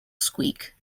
squeak